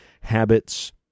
habits